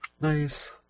Nice